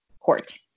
court